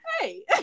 Hey